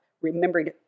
Remembering